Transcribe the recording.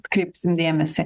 atkreipsim dėmesį